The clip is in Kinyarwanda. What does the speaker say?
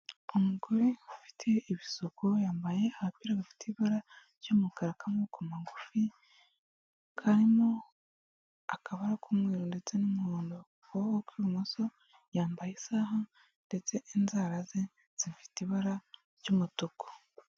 Umugore ufite ibisuko yambaye agapira gafite ibara ry'umukara kamaboko magufi karimo akabara k'umweru ndetse n'umuhondo kukaboko k'ibumoso, yambaye isaha ndetse n'inzara ze zifite ibara ry'umutuku.